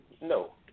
No